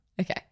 Okay